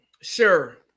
sure